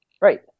right